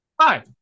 Hi